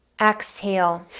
exhale.